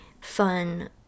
fun